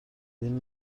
ddim